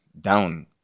down